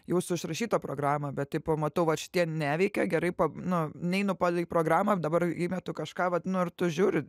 jūsų išrašytą programą bet tipo matau va šitie neveikia gerai pa nu neinu palei programą dabar įmetu kažką vat nu ir tu žiūri